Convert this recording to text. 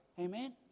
Amen